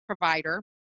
provider